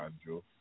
Andrew